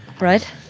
Right